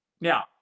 Now